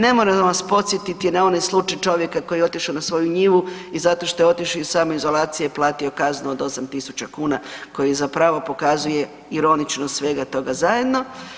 Ne moram vas podsjetiti na onaj slučaj čovjeka koji je otišao na svoju njivu i zato što je otišao iz samoizolacije je platio kaznu od 8.000 kuna koji zapravo pokazuje ironičnost svega toga zajedno.